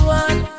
one